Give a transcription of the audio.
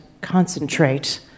Concentrate